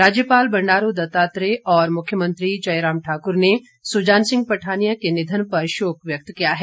राज्यपाल बंडारू दत्तात्रेय और मुख्यमंत्री जयराम ठाकुर ने सुजान सिंह पठानिया के निधन पर शोक व्यक्त किया है